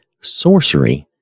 sorcery